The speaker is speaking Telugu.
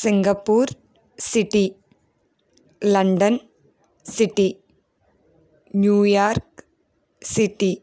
Singapore city London city New York city